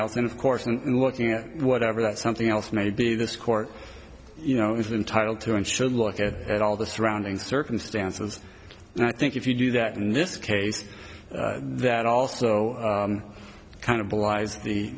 else then of course and looking at whatever that something else may be this court you know is entitle to and should look at at all the surrounding circumstances and i think if you do that in this case that also kind of